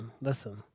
Listen